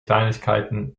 kleinigkeiten